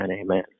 amen